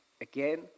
again